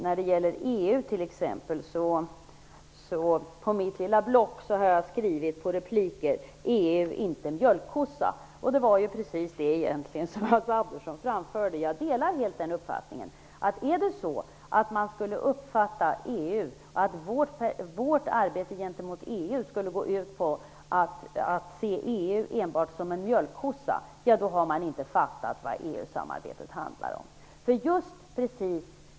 När det gäller EU har jag skrivit på mitt lilla block: EU är inte någon mjölkkossa. Det var ju precis det som Hans Andersson framförde. Jag delar helt den uppfattningen. Om vårt arbete gentemot EU skulle gå ut på att se EU enbart som en mjölkkossa, då har man inte fattat vad EU-samarbetet handlar om.